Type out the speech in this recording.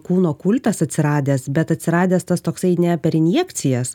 kūno kultas atsiradęs bet atsiradęs tas toksai ne per injekcijas